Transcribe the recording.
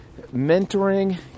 mentoring